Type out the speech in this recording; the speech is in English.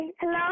hello